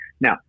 Now